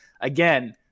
again